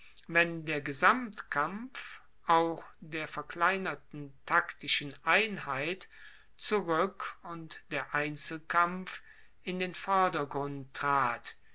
wenn der gesamtkampf auch der verkleinerten taktischen einheit zurueck und der einzelkampf in den vordergrund trat